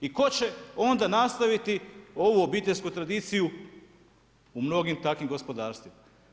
I tko će onda nastaviti ovu obiteljsku tradiciju u mnogim takvim gospodarstvima.